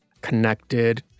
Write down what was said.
connected